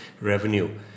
revenue